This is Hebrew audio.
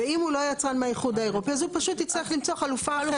ואם הוא לא יצרן מהאיחוד האירופי אז הוא פשוט יצטרך למצוא חלופה אחרת.